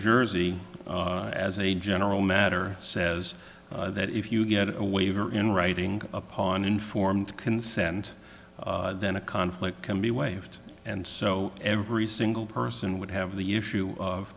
jersey as a general matter says that if you get a waiver in writing upon informed consent then a conflict can be waived and so every single person would have the issue of